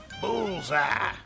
bullseye